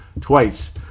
twice